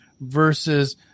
versus